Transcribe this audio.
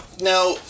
Now